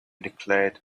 declared